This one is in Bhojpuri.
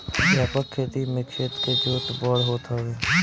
व्यापक खेती में खेत के जोत बड़ होत हवे